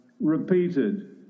repeated